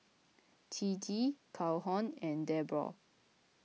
Ciji Calhoun and Debroah